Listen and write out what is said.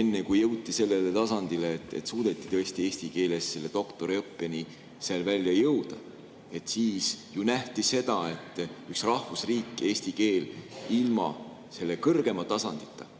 enne kui jõuti sellele tasandile, et suudeti tõesti eesti keeles doktoriõppeni välja jõuda. Nähti seda, et üks rahvusriik ja eesti keel ilma selle kõrgema tasandita